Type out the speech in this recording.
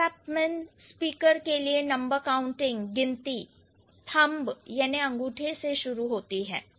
Oksapmin speaker के लिए number counting गिनती thumb अंगूठे से शुरू होती है